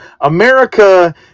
america